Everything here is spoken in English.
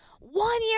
One-year